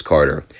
Carter